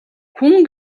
хүн